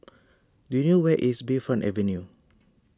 do you know where is Bayfront Avenue